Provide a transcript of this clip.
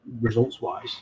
results-wise